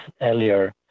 earlier